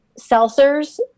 seltzers